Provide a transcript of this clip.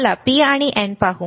चला P आणि N पाहू